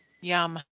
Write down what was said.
Yum